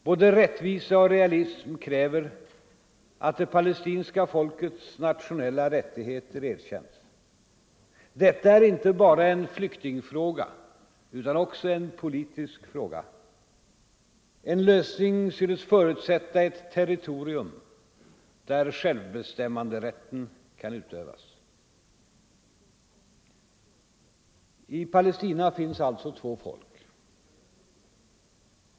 Både rättvisa och rea 22 november 1974 lism kräver att det palestinska folkets nationella rättigheter erkänns. Detta är inte bara en flyktingfråga utan också en politisk fråga. En lösning Ang. läget i synes förutsätta ett territorium där självbestämmanderätten kan utövas. - Mellersta Östern, I Palestina finns alltså två folk.